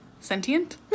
Sentient